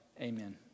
Amen